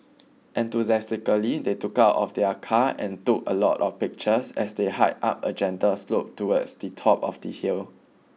enthusiastically they took out of their car and took a lot of pictures as they hiked up a gentle slope towards the top of the hill